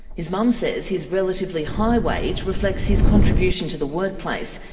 his mum says his relatively high wage reflects his contribution to the workplace.